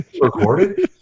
Recorded